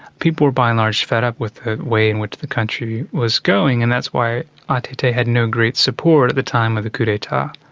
people were by and large fed up with the way in which the country was going, and that's why ah att had no great support at the time of the coup d'etat.